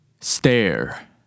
Stare